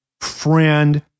friend